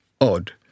odd